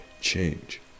change